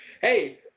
Hey